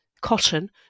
cotton